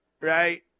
right